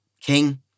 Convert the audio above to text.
King